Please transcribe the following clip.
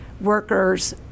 workers